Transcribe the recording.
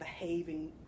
behaving